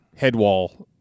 headwall